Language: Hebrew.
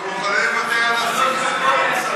למה זה נופל תמיד במשמרת שלי?